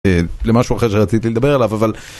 אה, למשהו אחר שרציתי לדבר עליו, אבל..